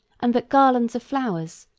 and that garlands of flowers,